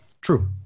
True